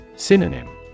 Synonym